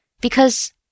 Because—